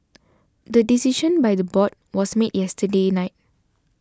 the decision by the board was made yesterday night